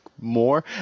more